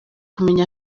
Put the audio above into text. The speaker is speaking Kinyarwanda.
kumenya